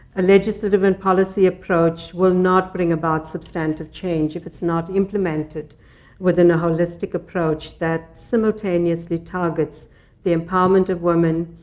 a legislative and policy approach will not bring about substantive change if it's not implemented within a holistic approach that simultaneously targets the empowerment of women,